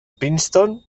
princeton